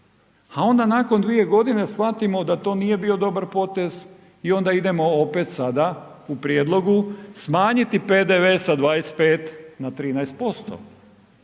a onda nakon dvije godine shvatimo da to nije bio dobar poteze i onda idemo opet sada u prijedlog smanjiti PDV sa 25 na 13%.